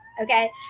okay